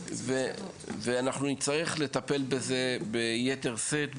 אנחנו נצטרך לטפל בזה ביתר שאת בהמשך,